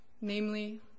namely